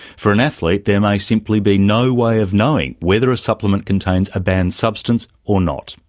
for an athlete there may simply be no way of knowing whether a supplement contains a banned substance or not.